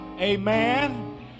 Amen